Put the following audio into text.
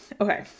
okay